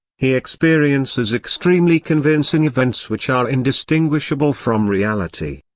he experiences extremely convincing events which are indistinguishable from reality.